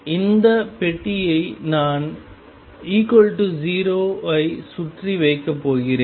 அதே பெட்டியை நான் 0 ஐ சுற்றி வைக்கப் போகிறேன்